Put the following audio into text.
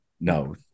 No